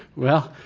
well,